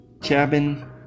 Cabin